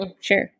sure